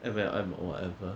and when I'm or whatever